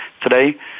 today